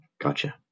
gotcha